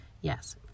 Yes